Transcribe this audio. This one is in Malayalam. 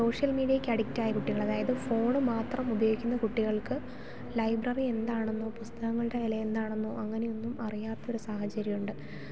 സോഷ്യൽ മീഡിയക്കഡിക്റ്റായ കുട്ടികളതായത് ഫോണ് മാത്രം ഉപയോഗിക്കുന്ന കുട്ടികൾക്ക് ലൈബ്രറി എന്താണെന്നോ പുസ്തകങ്ങളുടെ വില എന്താണെന്നോ അങ്ങനെ ഒന്നും അറിയാത്ത ഒരു സാഹചര്യം ഉണ്ട്